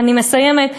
אני מסיימת.